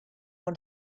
want